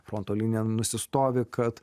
fronto linija nusistovi kad